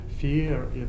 fear